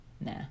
Nah